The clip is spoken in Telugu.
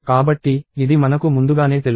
కాబట్టి ఇది మనకు ముందుగానే తెలుసు